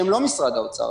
שהם לא משרד האוצר,